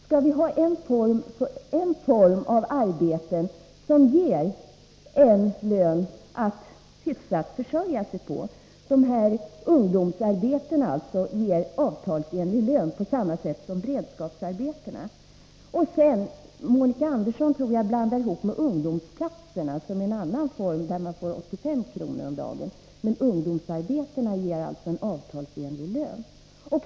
Skall man ha en form av arbete som ger en hyfsad lön för att försörja sig på? De här ungdomsarbetena ger avtalsenlig lön på samma sätt som beredskapsarbetena. Monica Andersson blandar ihop dessa med ungdomsplatserna, som är en annan form av arbeten och ger 85 kr. om dagen. Ungdomsarbetena ger alltså en avtalsenlig lön.